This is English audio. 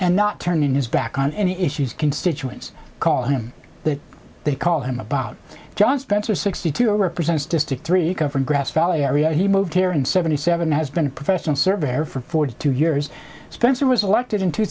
and not turning his back on any issues constituents call him the they call him about john spencer sixty two represents district three from grass valley area he moved here in seventy seven has been a professional surveyor for forty two years spencer was elected in two